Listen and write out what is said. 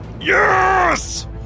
Yes